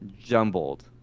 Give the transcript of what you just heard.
jumbled